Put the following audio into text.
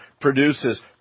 produces